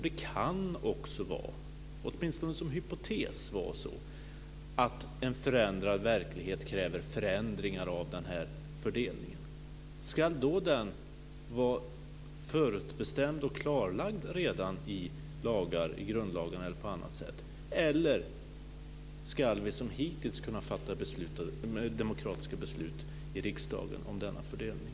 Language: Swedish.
Det kan också vara så, åtminstone som hypotes, att en förändrad verklighet kräver förändringar av den här fördelningen. Ska den då vara förutbestämd och klarlagd redan i grundlagen eller på annat sätt eller ska vi, som hittills, kunna fatta demokratiska beslut i riksdagen om denna fördelning?